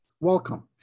Welcome